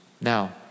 Now